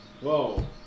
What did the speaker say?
Whoa